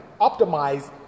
optimize